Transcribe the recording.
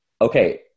Okay